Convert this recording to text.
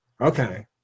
okay